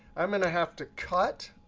i'm going to have to cut,